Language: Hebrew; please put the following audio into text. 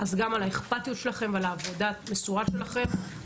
אז גם על האכפתיות שלכם ועל העבודה המסורה שלכם,